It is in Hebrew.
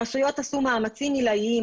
הרשויות עשו מאמצים עילאיים,